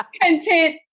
content